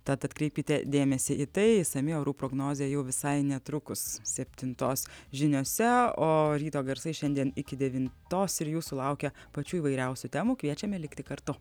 tad atkreipkite dėmesį į tai įsami orų prognozė jau visai netrukus septintos žiniose o ryto garsai šiandien iki devintos ir jūsų laukia pačių įvairiausių temų kviečiame likti kartu